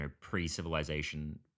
pre-civilization